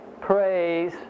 praise